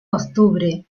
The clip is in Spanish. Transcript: octubre